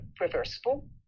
reversible